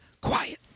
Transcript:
Quiet